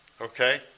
Okay